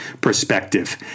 perspective